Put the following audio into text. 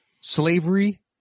slavery